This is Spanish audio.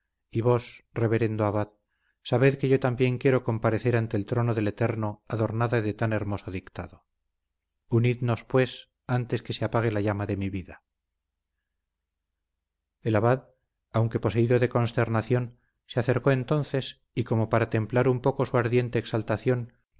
y vos reverendo abad sabed que yo también quiero